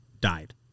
died